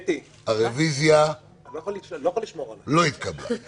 הרוויזיה לא התקבלה.